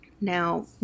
Now